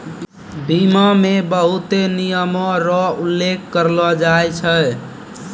बीमा मे बहुते नियमो र उल्लेख करलो जाय छै